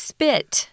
Spit